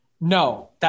No